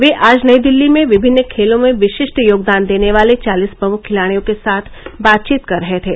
वे आज नई दिल्ली में विभिन्न खेलों में विशिष्ट योगदान देने वाले चालीस प्रमुख खिलाडियों के साथ बातचीत कर रहे थे